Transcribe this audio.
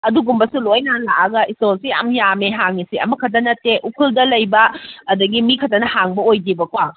ꯑꯗꯨꯒꯨꯝꯕꯁꯨ ꯂꯣꯏꯅ ꯂꯥꯛꯑꯒ ꯁ꯭ꯇꯣꯜꯁꯨ ꯌꯥꯝꯅ ꯌꯥꯝꯃꯦ ꯍꯥꯡꯉꯤꯁꯤ ꯑꯃ ꯈꯛꯇ ꯅꯠꯇꯦ ꯎꯈ꯭ꯔꯨꯜꯗ ꯂꯩꯕ ꯑꯗꯨꯗꯒꯤ ꯃꯤ ꯈꯛꯇꯅ ꯍꯥꯡꯕ ꯑꯣꯏꯗꯦꯕꯀꯣ